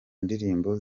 ndirimbo